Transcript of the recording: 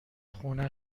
خونه